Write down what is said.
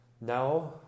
Now